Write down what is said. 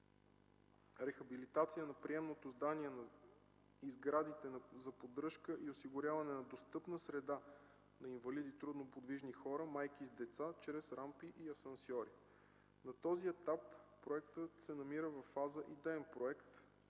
рехабилитация на приемното здание и сградите за поддръжка и осигуряване на достъпна среда на инвалиди и трудно подвижни хора, майки с деца чрез рампи и асансьори. На този етап проектът се намира във фаза идеен проект,